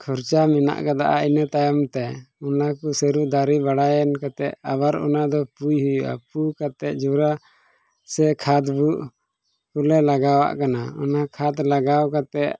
ᱠᱷᱚᱨᱪᱟ ᱢᱮᱱᱟᱜ ᱠᱟᱫᱟ ᱤᱱᱟᱹ ᱛᱟᱭᱚᱢ ᱛᱮ ᱚᱱᱟ ᱠᱚ ᱥᱟᱹᱨᱩ ᱫᱟᱨᱮ ᱵᱟᱲᱟᱭᱮᱱ ᱠᱟᱛᱮᱫ ᱟᱵᱟᱨ ᱚᱱᱟᱫᱚ ᱯᱩᱭ ᱦᱩᱭᱩᱜᱼᱟ ᱯᱩ ᱠᱟᱛᱮᱫ ᱡᱳᱨᱟ ᱥᱮ ᱠᱷᱚᱫᱽ ᱵᱚᱱ ᱠᱚᱞᱮ ᱞᱟᱜᱟᱣᱟᱜ ᱠᱟᱱᱟ ᱚᱱᱟ ᱠᱷᱚᱛ ᱞᱟᱜᱟᱣ ᱠᱟᱛᱮᱫ